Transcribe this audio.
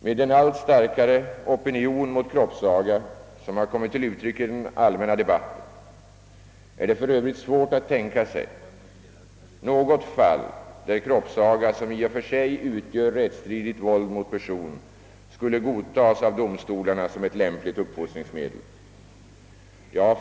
Med den allt starkare opinion mot kroppsaga som har kommit till uttryck i den allmänna debatten är det för övrigt svårt att tänka sig något fall där kroppsaga, som i och för sig utgör rättsstridigt våld mot person, skulle godtas av domstolarna som ett lämpligt uppfostringsmedel.